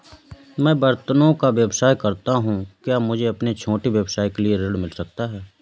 मैं बर्तनों का व्यवसाय करता हूँ क्या मुझे अपने छोटे व्यवसाय के लिए ऋण मिल सकता है?